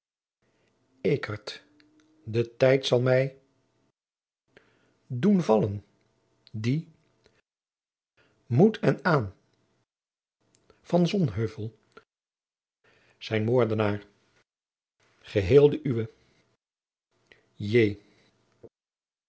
ekerd de tijd zal mij doen vallen die moet en aan de van sonheuvel zijn moordenaar geheel de uwe